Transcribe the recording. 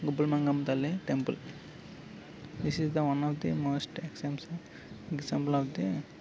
గుపుల్ మంగమ్ తల్లి temple is is the one of the most exa example of the